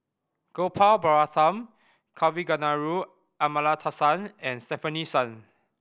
Gopal Baratham Kavignareru Amallathasan and Stefanie Sun